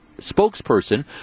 spokesperson